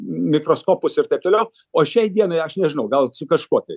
mikroskopus ir taip toliau o šiai dienai aš nežinau gal su kažkuo tai